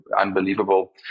unbelievable